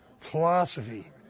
Philosophy